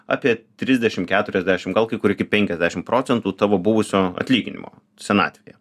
apie trisdešim keturiasdešim gal kai kur iki penkiasdešim procentų tavo buvusio atlyginimo senatvėje